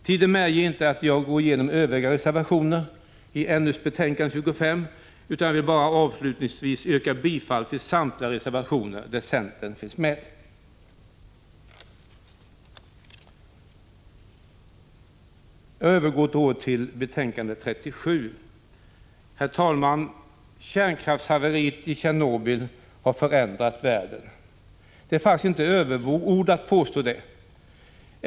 Tiden medger inte att jag går igenom övriga reservationer i näringsutskottets betänkande 25, utan jag vill avslutningsvis yrka bifall till samtliga reservationer där centern förekommer. Jag övergår så till näringsutskottets betänkande 37. Herr talman! Kärnkraftshaveriet i Tjernobyl har förändrat världen. Det är faktiskt inte överord att påstå det.